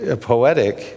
poetic